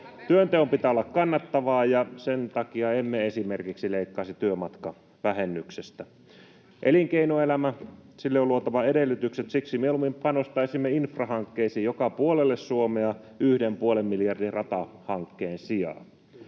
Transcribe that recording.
Työnteon pitää olla kannattavaa, ja sen takia emme esimerkiksi leikkaisi työmatkavähennyksestä. Elinkeinoelämälle on luotava edellytykset. Siksi mieluummin panostaisimme infrahankkeisiin joka puolelle Suomea yhden puolen miljardin ratahankkeen sijaan.